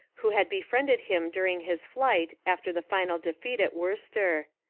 who had befriended him during his flight after the final defeat at worcester.